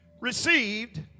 received